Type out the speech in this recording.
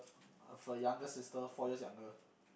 I've a younger sister four years younger